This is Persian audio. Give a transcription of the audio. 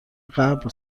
قبل